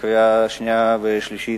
לקראת קריאה שנייה ושלישית,